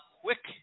quick